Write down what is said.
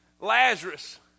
Lazarus